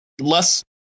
Less